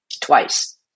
twice